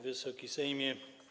Wysoki Sejmie!